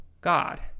God